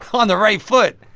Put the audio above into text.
on the right foot.